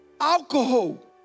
Alcohol